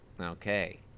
Okay